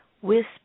whisper